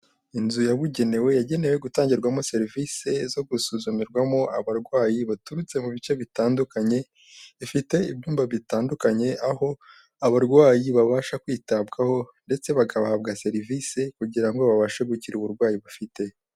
Inzu yabugenewe yagenewe gutangirwamo serivisi zo gusuzumirwamo abarwayi baturutse mu bice bitandukanye, ifite ibyumba bitandukanye aho abarwayi babasha kwitabwaho ndetse bagabahabwa serivisi kugira ngo babashe gukira uburwayi bafite.